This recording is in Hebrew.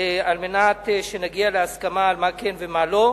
על מנת שנגיע להסכמה על מה כן ומה לא,